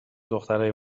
دخترای